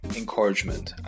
encouragement